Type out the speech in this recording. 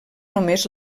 només